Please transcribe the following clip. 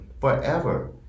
Forever